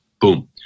boom